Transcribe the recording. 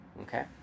Okay